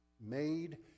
made